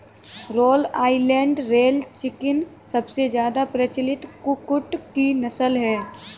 road Island red chicken सबसे ज्यादा प्रचलित कुक्कुट की नस्ल है